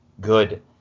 good